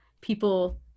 people